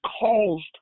caused